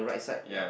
ya